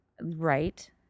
Right